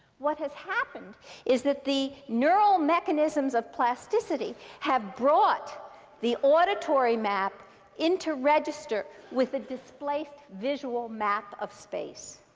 what has happened is that the neural mechanisms of plasticity have brought the auditory map into register with a displaced visual map of space.